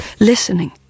listening